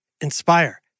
Inspire